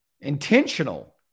intentional